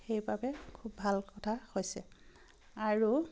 সেইবাবে খুব ভাল কথা হৈছে আৰু